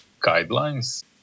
guidelines